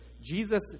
Jesus